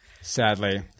Sadly